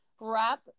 wrap